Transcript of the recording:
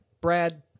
Brad